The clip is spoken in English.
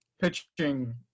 pitching